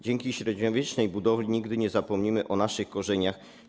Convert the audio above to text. Dzięki średniowiecznej budowli nigdy nie zapomnimy o naszych korzeniach.